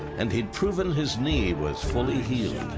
and he'd proven his knee was fully healed.